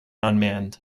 unmanned